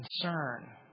concern